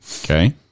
Okay